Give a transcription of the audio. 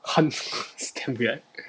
很 it's damn weird